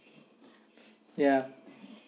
ya